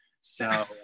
So-